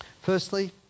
firstly